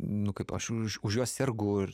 nu kaip aš už už juos sergu ir